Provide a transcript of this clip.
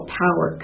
power